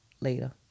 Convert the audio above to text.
Later